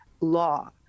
law